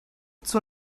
zur